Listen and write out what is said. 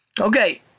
Okay